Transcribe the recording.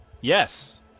Yes